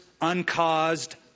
uncaused